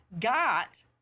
got